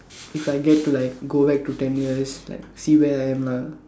if I get to like go back to ten years like see where I am lah